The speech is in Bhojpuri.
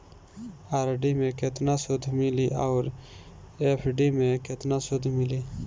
आर.डी मे केतना सूद मिली आउर एफ.डी मे केतना सूद मिली?